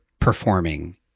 performing